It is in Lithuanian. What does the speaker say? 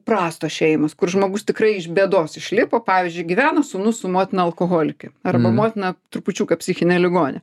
prastos šeimos kur žmogus tikrai iš bėdos išlipo pavyzdžiui gyvena sūnus su motina alkoholike ar motina trupučiuką psichinė ligonė